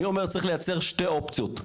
אני אומר צריך לייצר שתי אופציות.